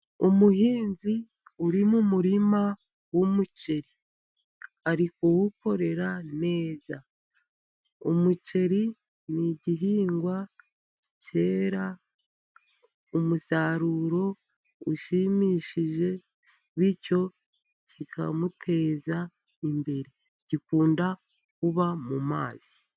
Umuhinzi uri mu murima w'umuceri, ari kuwukorera neza. Umuceri ni igihingwa cyera umusaruro ushimishije, bityo kikamuteza imbere, gikunda kuba mu mazi.